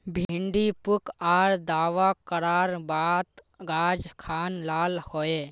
भिन्डी पुक आर दावा करार बात गाज खान लाल होए?